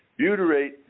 Butyrate